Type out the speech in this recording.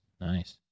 Nice